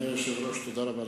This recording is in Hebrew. אדוני היושב-ראש, תודה רבה.